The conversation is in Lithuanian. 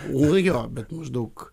nu jo bet maždaug